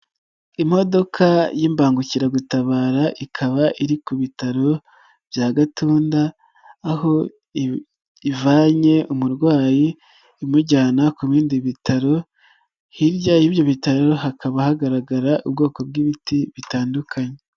Imodoka y'imbangukiragutabara, ikaba iri ku bitaro bya Gatunda, aho ivanye umurwayi, imujyana ku bindi bitaro, hirya y'ibyo bitaro hakaba hagaragara ubwoko bw'ibiti bitandukanye.